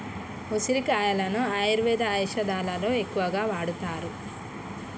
ఉసిరికాయలను ఆయుర్వేద ఔషదాలలో ఎక్కువగా వాడుతారు